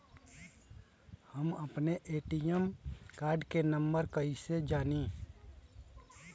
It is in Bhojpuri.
हम अपने ए.टी.एम कार्ड के नंबर कइसे जानी?